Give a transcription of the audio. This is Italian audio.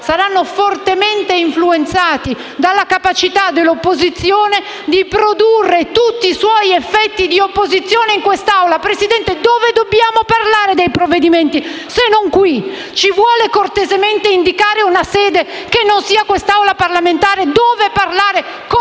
saranno fortemente influenzati dalla capacità dell'opposizione di produrre tutti i suoi effetti d'opposizione in questa Assemblea. Presidente, dove dobbiamo parlare dei provvedimenti se non in questa sede? Ci vuole cortesemente indicare una sede che non sia quest'Aula parlamentare dove parlare con